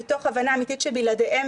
מתוך הבנה אמיתית שבלעדיהם,